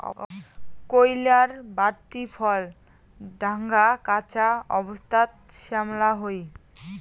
কইল্লার বাড়তি ফল ঢাঙা, কাঁচা অবস্থাত শ্যামলা হই